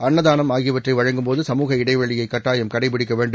அன்னதானம் ஆகியவற்றை வழங்கும்போது சமுக இடைவெளியைக் கட்டாயம் கடைபிடிக்க வேண்டும்